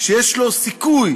שיש לו סיכוי